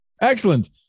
Excellent